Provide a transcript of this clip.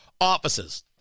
offices